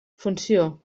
funció